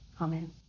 Amen